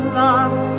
love